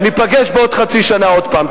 ניפגש בעוד חצי שנה עוד פעם.